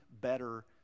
better